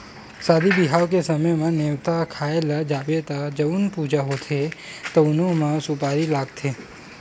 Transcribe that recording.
सादी बिहाव के समे म, नेवता खाए ल जाबे त जउन पूजा होथे तउनो म सुपारी लागथे